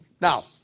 Now